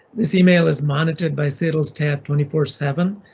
this email is monitored by cetl's tab twenty four seven.